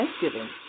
Thanksgiving